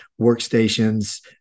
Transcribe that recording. workstations